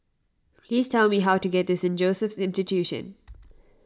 please tell me how to get to Saint Joseph's Institution